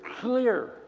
clear